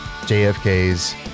JFK's